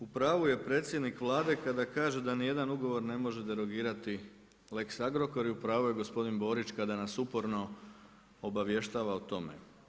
U pravu je predsjednik Vlade kada kaže da ni jedan ugovor ne može derogirati lex Agrokor i u pravu je gospodin Borić kada nas uporno obavještava o tome.